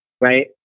right